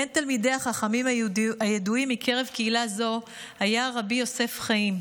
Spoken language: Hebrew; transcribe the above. בין תלמידי החכמים הידועים מקרב קהילה זו היה רבי יוסף חיים,